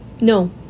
No